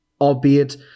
albeit